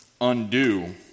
Undo